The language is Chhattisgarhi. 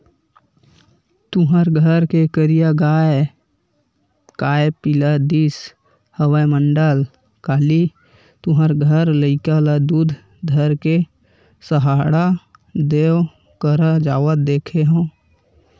तुँहर घर के करिया गाँय काय पिला दिस हवय मंडल, काली तुँहर घर लइका ल दूद धर के सहाड़ा देव करा जावत देखे हँव?